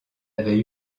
avait